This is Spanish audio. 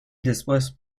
después